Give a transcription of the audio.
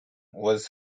was